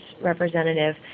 representative